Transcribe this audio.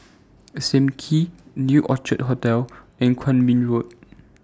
SAM Kee New Orchid Hotel and Kwong Min Road